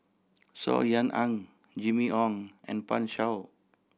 Saw Ean Ang Jimmy Ong and Pan Shou